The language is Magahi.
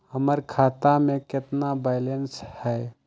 हमर खाता में केतना बैलेंस हई?